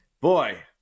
Boy